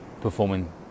performing